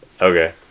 Okay